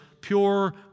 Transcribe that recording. pure